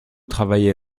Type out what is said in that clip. travaillé